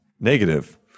negative